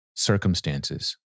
circumstances